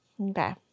Okay